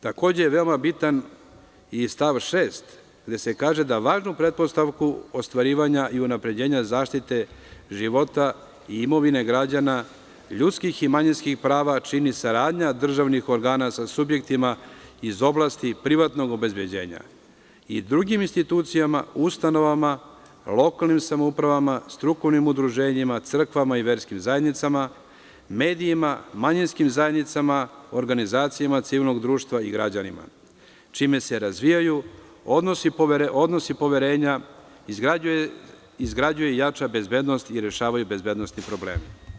Takođe je veoma bitan i stav 6. gde se kaže da važnu pretpostavku ostvarivanja i unapređenja zaštite života i imovine građana, ljudskih i manjinskih prava čini saradnja državnih organa sa subjektima iz oblasti privatnog obezbeđenja i drugim institucijama, ustanovama, lokalnim samoupravama, strukovnim udruženjima, crkvama i verskim zajednicama, medijima, manjinskim zajednicama, organizacijama civilnog društva i građanima, čime se razvijaju odnosi poverenja izgrađuje i jača bezbednost i rešavaju bezbednost tih problema.